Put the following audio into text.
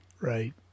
Right